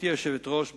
גברתי היושבת-ראש,